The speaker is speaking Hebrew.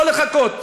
לא לחכות.